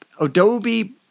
Adobe